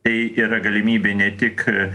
tai yra galimybė ne tik